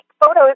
photos